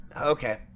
okay